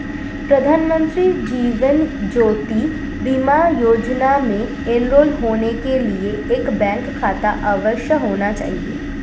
प्रधानमंत्री जीवन ज्योति बीमा योजना में एनरोल होने के लिए एक बैंक खाता अवश्य होना चाहिए